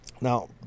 Now